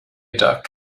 duck